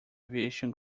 aviation